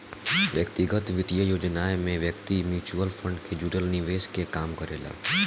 व्यक्तिगत वित्तीय योजनाओं में व्यक्ति म्यूचुअल फंड से जुड़ल निवेश के काम करेला